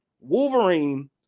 Wolverine